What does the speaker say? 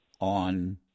on